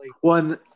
One